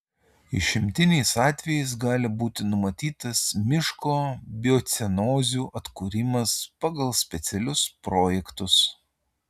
išimtiniais atvejais gali būti numatytas miško biocenozių atkūrimas pagal specialius projektus